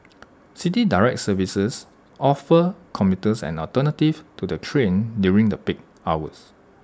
City Direct services offer commuters an alternative to the train during the peak hours